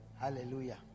Hallelujah